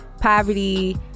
poverty